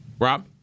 Rob